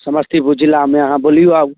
समस्तीपुर जिलामे अहाँ बोलिऔ आब